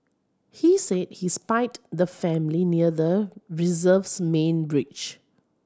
he said he spied the family near the reserve's main bridge